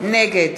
נגד